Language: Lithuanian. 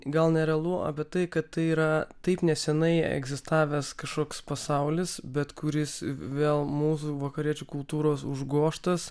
gal nerealu bet tai kad yra taip neseniai egzistavęs kažkoks pasaulis bet kuris vėl mūsų vakariečių kultūros užgožtas